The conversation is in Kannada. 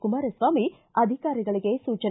ಕುಮಾರಸ್ವಾಮಿ ಅಧಿಕಾರಿಗಳಿಗೆ ಸೂಚನೆ